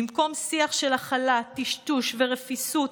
במקום שיח של הכלה, טשטוש ורפיסות,